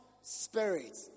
spirit